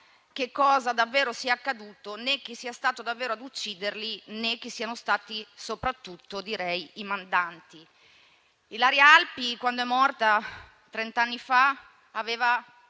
che cosa davvero sia accaduto, né chi sia stato davvero ad ucciderli, né chi siano stati - soprattutto direi - i mandanti. Ilaria Alpi quando è morta, trent'anni fa, aveva